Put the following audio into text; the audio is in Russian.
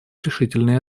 решительные